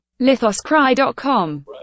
LithosCry.com